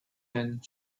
and